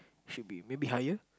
should be maybe higher